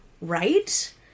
right